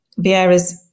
Vieira's